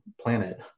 planet